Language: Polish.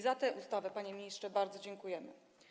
Za tę ustawę, panie ministrze, bardzo dziękujemy.